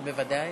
בוודאי.